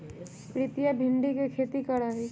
प्रीतिया भिंडी के खेती करा हई